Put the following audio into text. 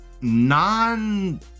non